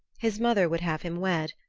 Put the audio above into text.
his mother would have him wed,